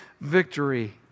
victory